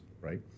right